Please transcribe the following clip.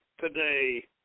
today